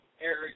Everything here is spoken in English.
Eric